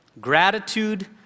Gratitude